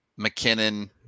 McKinnon